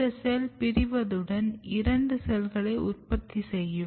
இந்த செல் பிரிந்தவுடன் இரண்டு செல்களை உற்பத்திச்செய்யும்